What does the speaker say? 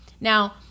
Now